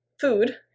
food